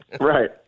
Right